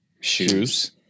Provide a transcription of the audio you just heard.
Shoes